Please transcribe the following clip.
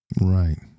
Right